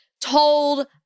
told